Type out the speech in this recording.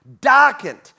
darkened